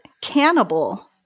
Cannibal